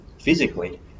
physically